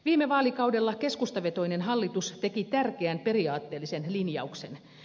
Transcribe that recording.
viime vaalikaudella keskustavetoinen hallitus teki tärkeän periaatteellisen linjauksen